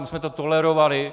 My jsme to tolerovali.